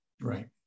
Right